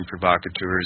provocateurs